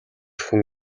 хүн